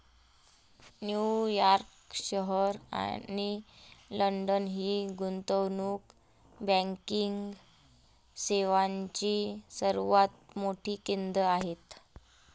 New York शहर आणि London ही गुंतवणूक बँकिंग सेवांची सर्वात मोठी केंद्रे आहेत